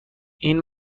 این